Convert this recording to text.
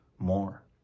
more